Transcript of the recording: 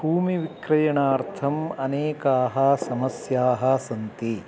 भूमिविक्रयणार्थम् अनेकाः समस्याः सन्ति